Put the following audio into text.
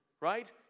right